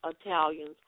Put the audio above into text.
Italians